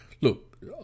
Look